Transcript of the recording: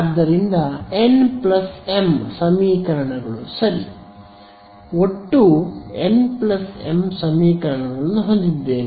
ಆದ್ದರಿಂದ n m ಸಮೀಕರಣಗಳು ಸರಿ ನಾನು ಒಟ್ಟು n m ಸಮೀಕರಣಗಳನ್ನು ಹೊಂದಿದ್ದೇನೆ